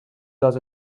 does